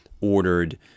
ordered